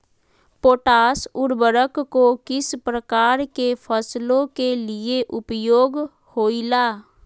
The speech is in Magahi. पोटास उर्वरक को किस प्रकार के फसलों के लिए उपयोग होईला?